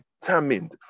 determined